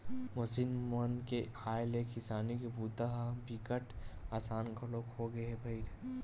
machine मन के आए ले किसानी के बूता ह बिकट असान घलोक होगे हे भईर